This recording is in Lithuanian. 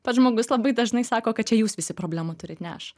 pats žmogus labai dažnai sako kad čia jūs visi problemų turit ne aš